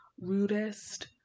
rudest